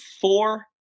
four